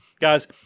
Guys